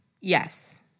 Yes